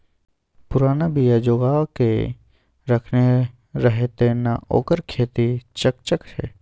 पुरना बीया जोगाकए रखने रहय तें न ओकर खेती चकचक छै